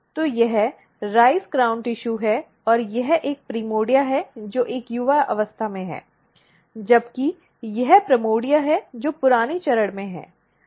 तो यह चावल क्राउन टिशू है और यह एक प्राइमर्डिया है जो एक युवा अवस्था में है जबकि यह प्राइमोर्डिया है जो पुराने चरण में है